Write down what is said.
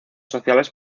sociales